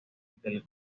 del